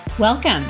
Welcome